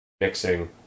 mixing